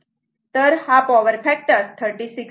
तर हा power factor 36